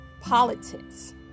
politics